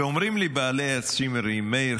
ואומרים לי בעלי הצימרים: מאיר,